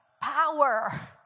power